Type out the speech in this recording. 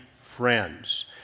friends